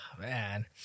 Man